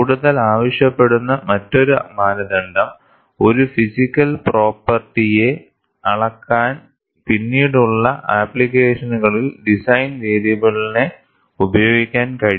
കൂടുതൽ ആവശ്യപ്പെടുന്ന മറ്റൊരു മാനദണ്ഡം ഒരു ഫിസിക്കൽ പ്രോപ്പർട്ടിയെ അളക്കാൻ പിന്നീടുള്ള ആപ്ലിക്കേഷനുകളിൽ ഡിസൈൻ വേരിയബിൾനെ ഉപയോഗിക്കാൻ കഴിയും